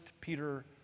Peter